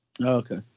okay